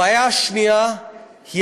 הבעיה השנייה היא